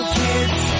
kids